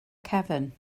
cefn